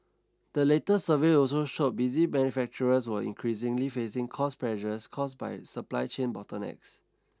the latest survey also showed busy manufacturers were increasingly facing cost pressures caused by supply chain bottlenecks